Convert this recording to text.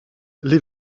les